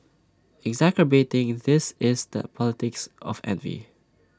exacerbating this is the politics of envy